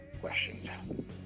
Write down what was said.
questioned